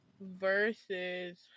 versus